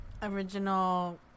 original